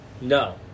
No